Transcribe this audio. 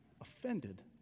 Offended